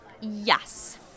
yes